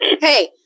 hey